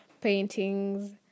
paintings